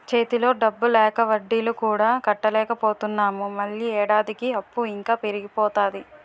చేతిలో డబ్బు లేక వడ్డీలు కూడా కట్టలేకపోతున్నాము మళ్ళీ ఏడాదికి అప్పు ఇంకా పెరిగిపోతాది